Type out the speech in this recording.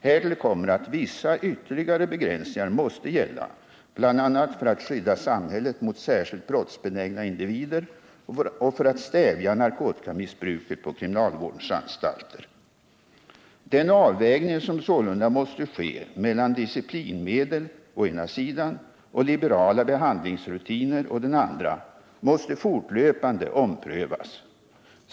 Härtill kommer att vissa ytterligare begränsningar måste gälla bl.a. för att skydda samhället mot särskilt brottsbenägna individer och för att stävja narkotikamissbruket på kriminalvårdens anstalter. Den avvägning som sålunda måste ske mellan disciplinmedel å ena sidan och liberala behandlingsrutiner å den andra måste fortlöpande omprövas.